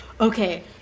okay